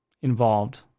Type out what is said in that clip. involved